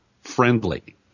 friendly